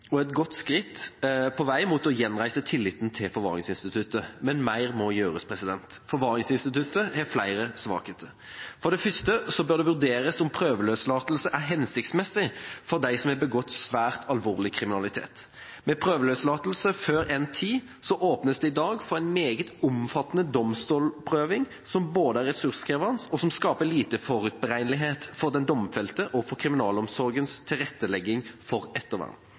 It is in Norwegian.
og et godt skritt på veien mot å gjenreise tilliten til forvaringsinstituttet. Men mer må gjøres. Forvaringsinstituttet har flere svakheter. For det første bør det vurderes om prøveløslatelse er hensiktsmessig for dem som har begått svært alvorlig kriminalitet. Med prøveløslatelse før endt tid åpnes det i dag for en meget omfattende domstolsprøving som både er ressurskrevende og skaper lite forutberegnelighet for den domfelte og for kriminalomsorgens tilrettelegging for ettervern.